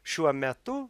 šiuo metu